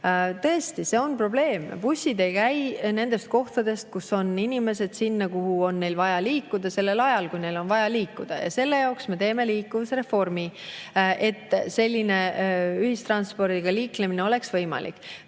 Tõesti, see on probleem. Bussid ei käi nendest kohtadest, kus on inimesed, sinna, kuhu neil on vaja liikuda, sellel ajal, kui neil on vaja liikuda. Selle pärast me teeme liikuvusreformi, et ühistranspordiga liiklemine oleks võimalik.